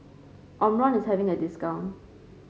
Omron is having a discount